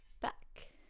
back